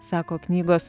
sako knygos